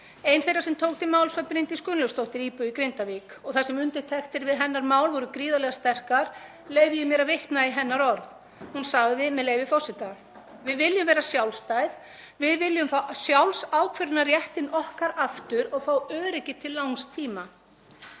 Ein þeirra sem tók til máls var Bryndís Gunnlaugsdóttir, íbúi í Grindavík, og þar sem undirtektir við hennar mál voru gríðarlega sterkar leyfi ég mér að vitna í hennar orð. Hún sagði, með leyfi forseta: „Við viljum vera sjálfstæð, við viljum fá sjálfsákvörðunarréttinn okkar aftur og fá öryggi til langs tíma.“